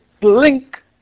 blink